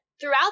throughout